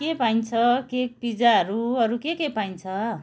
के पाइन्छ केक पिज्जाहरू अरू के के पाइन्छ